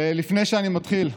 לפני שאני מתחיל,